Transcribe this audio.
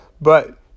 But